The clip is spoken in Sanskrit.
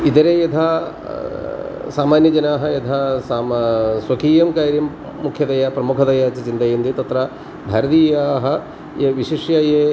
इतरे यथा सामान्यजनाः यथा साम स्वकीयं कार्यं मुख्यतया प्रमुखतया चिन्तयन्ति तत्र भारतीयाः ये विशिष्य ये